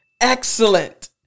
Excellent